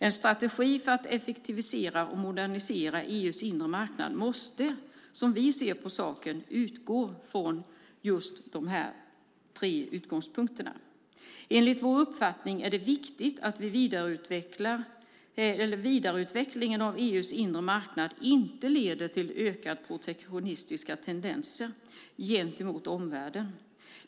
En strategi för att effektivisera och modernisera EU:s inre marknad måste, som vi ser det, utgå från just dessa tre utmaningar. Enligt vår uppfattning är det viktigt att vidareutvecklingen av EU:s inre marknad inte leder till ökade protektionistiska tendenser gentemot omvärlden.